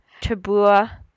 Tabua